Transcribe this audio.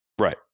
Right